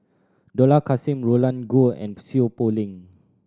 Dollah Kassim Roland Goh and Seow Poh Leng